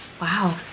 Wow